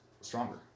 stronger